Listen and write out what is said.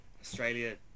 Australia